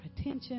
attention